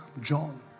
John